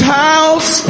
house